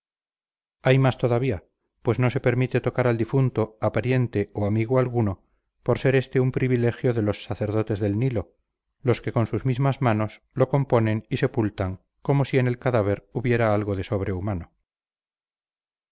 hay más todavía pues no se permite tocar al difunto a pariente o amigo alguno por ser este un privilegio de los sacerdotes del nilo los que con sus mismas manos lo componen y sepultan como si en el cadáver hubiera algo de